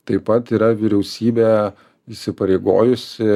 taip pat yra vyriausybė įsipareigojusi